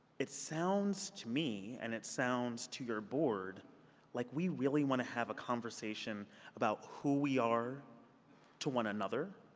it sounds to me, and it sounds to your board like we really want to have a conversation about who we are to one another,